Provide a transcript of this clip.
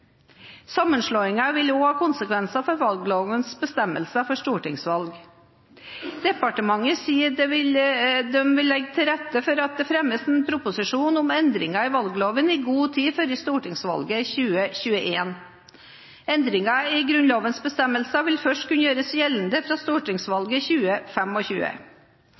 Sammenslåingen vil også ha konsekvenser for valglovens bestemmelser for stortingsvalg. Departementet sier det vil legge til rette for at det fremmes en proposisjon om endringer i valgloven i god tid før stortingsvalget i 2021. Endringer i Grunnlovens bestemmelser vil først kunne gjøres gjeldende fra stortingsvalget